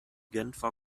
genfer